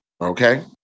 Okay